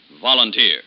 volunteer